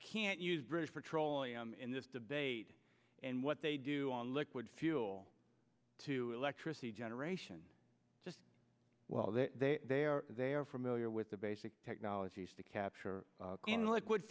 can use british petroleum in this debate and what they do on liquid fuel to electricity generation just well they they are they are familiar with the basic technologies to capture in liquid